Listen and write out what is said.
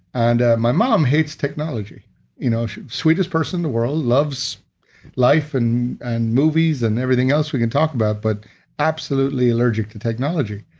and my mom hates technology you know sweetest person in the world, loves life and and movies and everything else we can talk about but absolutely allergic to technology.